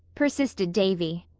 persisted davy.